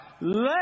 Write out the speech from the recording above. let